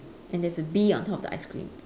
and there's a bee on top of the ice cream